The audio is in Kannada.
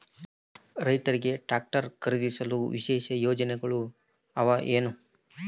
ರೈತರಿಗೆ ಟ್ರಾಕ್ಟರ್ ಖರೇದಿಸಲು ವಿಶೇಷ ಯೋಜನೆಗಳು ಅವ ಏನು?